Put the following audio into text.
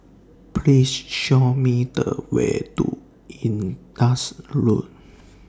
Please Show Me The Way to Indus Road